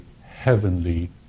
heavenly